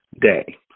day